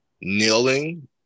Kneeling